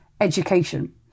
education